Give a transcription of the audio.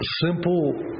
simple